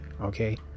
okay